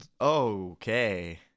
Okay